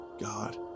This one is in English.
God